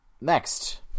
next